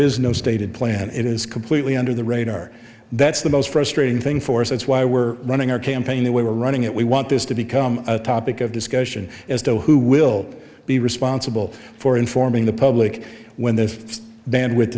is no stated plan it is completely under the radar that's the most frustrating thing for us that's why we're running our campaign the way we're running it we want this to become a topic of discussion as to who will be responsible for informing the public when this bandwidth